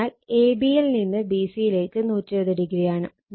അതിനാൽ ab യിൽ നിന്ന് bc യിലേക്ക് 120o ആണ്